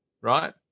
right